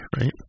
right